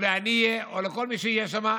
הנייה או לכל מי שיהיה שם,